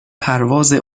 پرواز